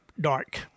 dark